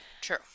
True